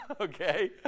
Okay